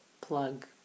Plug